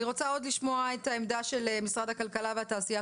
אני רוצה לשמוע את העמדה של משרד הכלכלה והתעשייה,